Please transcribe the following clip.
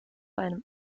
einem